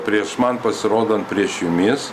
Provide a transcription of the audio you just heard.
prieš man pasirodant prieš jumis